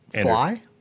Fly